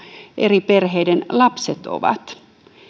eri perheiden lapset ovat